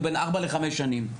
הוא בין 4-5 שנים.